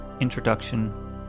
introduction